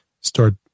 start